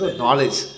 knowledge